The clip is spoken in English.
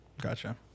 Gotcha